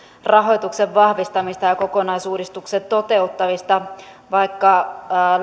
rahoituksen vahvistamista ja kokonaisuudistuksen toteuttamista vaikka